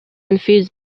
infused